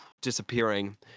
disappearing